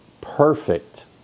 perfect